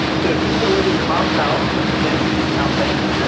so if you still live at your mom's house, then you should count there.